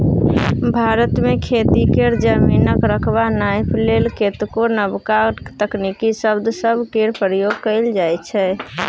भारत मे खेती केर जमीनक रकबा नापइ लेल कतेको नबका तकनीकी शब्द सब केर प्रयोग कएल जाइ छै